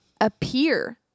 appear